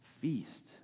feast